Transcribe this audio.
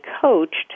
coached